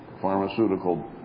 pharmaceutical